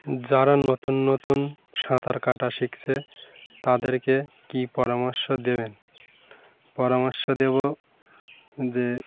যারা নতুন নতুন সাঁতার কাটা শিখছে তাদেরকে কী পরামর্শ দেবেন পরামর্শ দেব যে